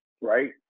right